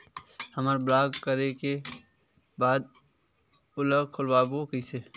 हमर ब्लॉक करे के बाद ओला खोलवाबो कइसे?